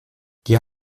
die